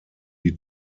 die